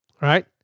Right